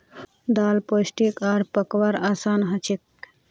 दाल पोष्टिक आर पकव्वार असान हछेक